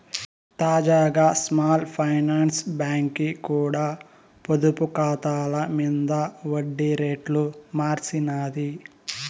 తాజాగా small finance బాంకీ కూడా పొదుపు కాతాల మింద ఒడ్డి రేట్లు మార్సినాది